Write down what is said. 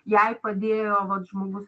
jai padėjo vat žmogus